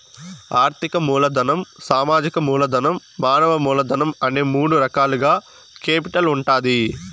ఆర్థిక మూలధనం, సామాజిక మూలధనం, మానవ మూలధనం అనే మూడు రకాలుగా కేపిటల్ ఉంటాది